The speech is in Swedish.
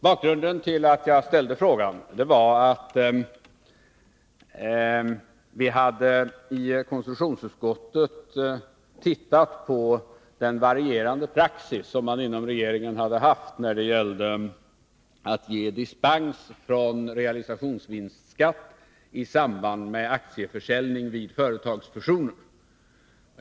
Bakgrunden till att jag ställde frågan var att vi i konstitutionsutskottet hade studerat den varierande praxis som man inom regeringen hade haft när det gällde att ge dispens från realisationsvinstbeskattning i samband med aktieförsäljning vid företagsfusioner.